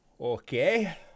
Okay